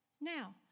Now